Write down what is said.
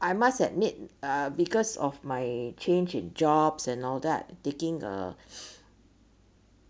I must admit uh because of my change in jobs and all that taking a